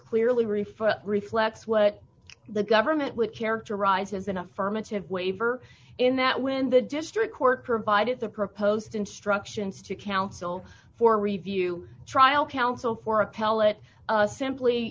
clearly refer reflects what the government would characterize as an affirmative waiver in that when the district court provided the proposed instructions to counsel for review trial counsel for appellate simply